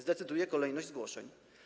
Zdecyduje kolejność zgłoszeń.